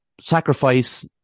sacrifice